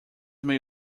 may